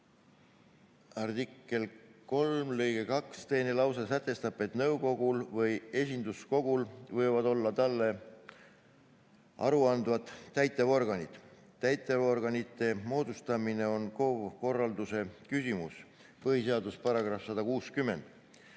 artikli 3 lõike 2 teine lause sätestab, et nõukogul või esinduskogul võivad olla talle aru andvad täitevorganid. Täitevorganite moodustamine on KOV-i korralduse küsimus (põhiseaduse § 160).